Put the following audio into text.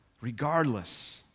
regardless